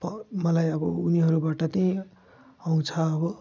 अब मलाई अब उनीहरूबाट त्यही आउँछ अब